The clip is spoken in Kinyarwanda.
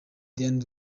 diane